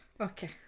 Okay